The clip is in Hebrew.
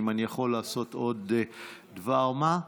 אם אני יכול לעשות עוד דבר מה.